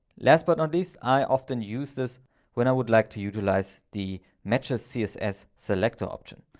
last but not least, i often use this when i would like to utilize the matches css selector option.